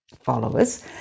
followers